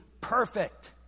perfect